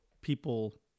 people